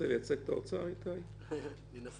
לא בטוח שהיא מבושלת עד תום,